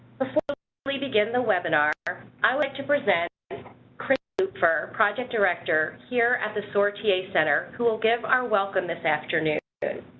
before we begin the webinar, i'd like to present kristin lupfer, project director, here at the soar ta center, who will give our welcome this afternoon.